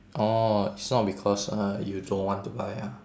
orh it's not because uh you don't want to buy ah